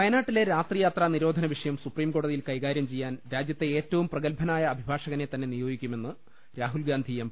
വയനാട്ടിലെ രാത്രിയാത്രാ നിരോധന വിഷയം സുപ്രീംകോട തിയിൽ കൈകാര്യം ചെയ്യാൻ രാജ്യത്തെ ഏറ്റവും പ്രഗൽഭനായ അഭിഭാഷകനെ തന്നെ നിയോഗിക്കുമെന്ന് രാഹുൽ ഗാന്ധി എം